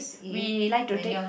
we like to take